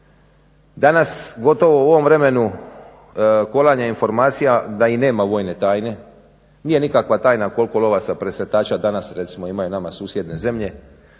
Danas gotovo u ovom vremenu kolanja informacija da i nema vojne tajne. Nije nikakva tajna koliko Lovaca presretača danas redimo imaju nama susjedne zemlje,